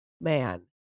man